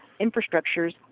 infrastructures